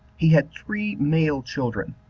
he had three male children,